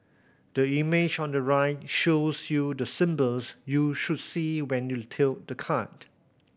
the image on the right shows you the symbols you should see when you tilt the card